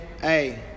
hey